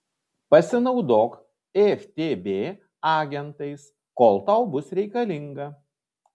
pasinaudok ftb agentais kol tau bus reikalinga